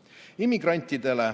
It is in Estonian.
tulevikust! Immigrantidele